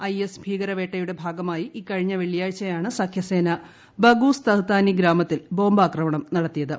I S ഭീകരവേട്ടയുടെ ഭാഗമായി ഇക്കഴിഞ്ഞ വെള്ളിയാഴ്ചയാണ് സഖ്യസേന ബഗൂസ് തഹ്താനി ഗ്രാമത്തിൽ ബോംബാക്രമണം നടത്തിയത്